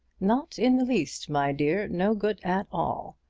not in the least, my dear no good at all.